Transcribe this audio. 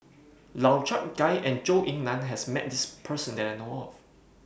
Lau Chiap Khai and Zhou Ying NAN has Met This Person that I know of